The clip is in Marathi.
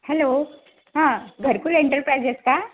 हॅलो हां घरकुल एंटरप्रायजेस का